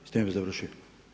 S time bih završio.